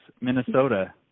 Minnesota